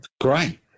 Great